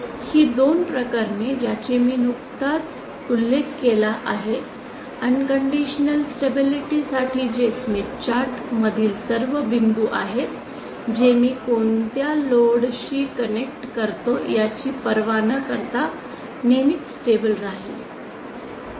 ही दोन प्रकरणे ज्याचा मी नुकताच उल्लेख केला आहे अनकंडिशनल स्टेबिलिटी साठी जे स्मिथ चार्ट मधील सर्व बिंदू आहेत जे मी कोणत्या लोड शी कनेक्ट करतो याची पर्वा न करता नेहमी स्टेबल राहील